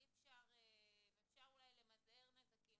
אפשר אולי למזער נזקים,